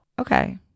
Okay